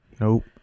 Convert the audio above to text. nope